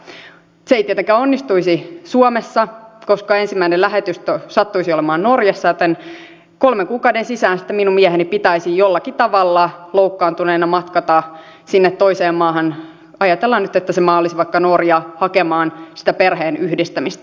se ei tietenkään onnistuisi suomessa koska ensimmäinen lähetystö sattuisi olemaan norjassa joten kolmen kuukauden sisään minun mieheni pitäisi jollakin tavalla loukkaantuneena matkata sinne toiseen maahan ajatellaan nyt että se maa olisi vaikka norja hakemaan sitä perheenyhdistämistä